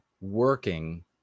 working